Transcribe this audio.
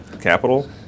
capital